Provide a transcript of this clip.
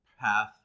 path